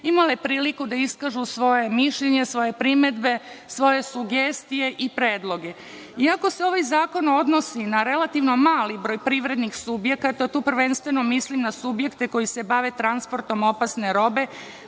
imale priliku da iskažu svoje mišljenje, svoje primedbe, svoje sugestije i predloge. Iako se ovaj zakon odnosi na relativno mali broj privrednih subjekata, tu prvenstveno mislim na subjekte koji se bave transportom opasne robe,